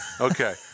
Okay